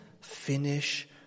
finish